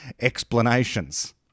explanations